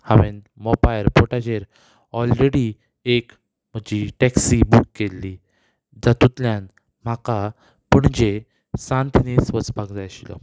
हांवें मोपा एयरपोर्टाचेर ऑलरेडी एक म्हजी टॅक्सी बूक केल्ली जातूंतल्यान म्हाका पणजे सांत इनेज वचपाक जाय आशिल्लो